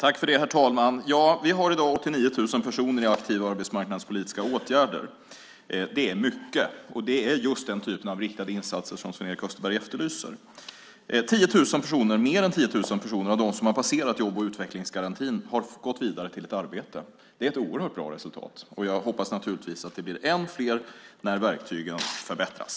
Herr talman! Vi har i dag 89 000 personer som är aktiva i arbetsmarknadspolitiska åtgärder. Det är mycket, och det är just den typen av riktade insatser som Sven-Erik Österberg efterlyser. Mer än 10 000 personer av dem som har passerat jobb och utvecklingsgarantin har gått vidare till ett arbete. Det är ett oerhört bra resultat, och jag hoppas naturligtvis att det blir än fler när verktygen förbättras.